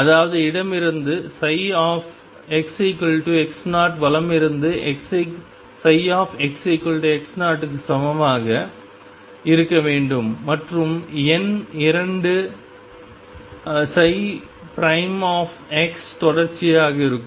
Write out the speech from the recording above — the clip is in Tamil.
அதாவது இடமிருந்து xx0 வலமிருந்து xx0 க்கு சமமாக இருக்க வேண்டும் மற்றும் எண் 2 தொடர்ச்சியாக இருக்கும்